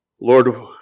Lord